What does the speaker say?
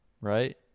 right